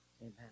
Amen